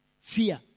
fear